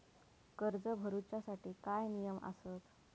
कर्ज भरूच्या साठी काय नियम आसत?